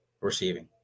receiving